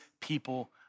people